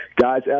Guys